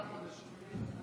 שמונה חודשים.